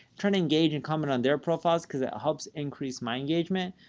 trying to engage and comment on their profiles because it helps increase my engagement.